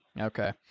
okay